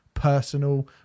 personal